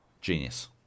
Genius